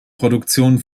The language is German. produktion